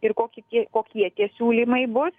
ir kokį tie kokie tie siūlymai bus